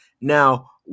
Now